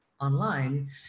online